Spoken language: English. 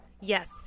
Yes